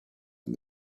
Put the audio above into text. and